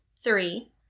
three